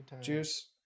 Juice